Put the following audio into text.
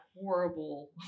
horrible